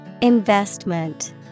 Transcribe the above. Investment